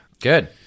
Good